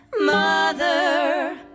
mother